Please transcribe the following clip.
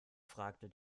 fragte